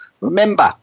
Remember